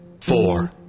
four